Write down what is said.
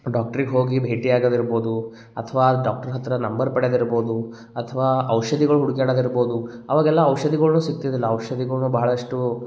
ಡಾಕ್ಟ್ರಿಗೆ ಹೋಗಿ ಭೇಟಿ ಆಗೊದಿರ್ಬೋದು ಅಥವಾ ಡಾಕ್ಟ್ರ್ ಹತ್ತಿರ ನಂಬರ್ ಪಡ್ಯೋದಿರ್ಬೋದು ಅಥವಾ ಔಷಧಿಗಳು ಹುಡ್ಕಾಡದಿರ್ಬೋದು ಅವಾಗೆಲ್ಲ ಔಷದಿಗಳ್ನೂ ಸಿಗ್ತಿದ್ದಿಲ್ಲ ಔಷಧಿಗಳ್ನೂ ಭಾಳಷ್ಟು